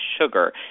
sugar